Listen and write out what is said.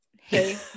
Hey